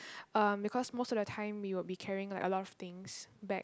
um because most of the time we would be carrying like a lot of things back